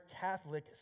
Catholic